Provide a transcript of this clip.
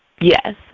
Yes